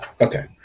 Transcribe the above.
Okay